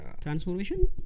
Transformation